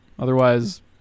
Otherwise